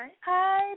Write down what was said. Hi